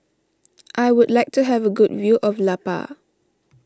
I would like to have a good view of La Paz